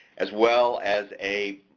as well as a,